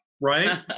right